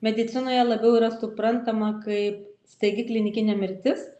medicinoje labiau yra suprantama kaip staigi klinikinė mirtis